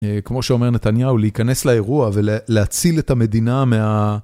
כמו שאומר נתניהו, להיכנס לאירוע ולהציל את המדינה מה...